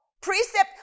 precept